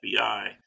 FBI